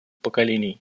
поколений